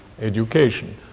education